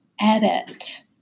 edit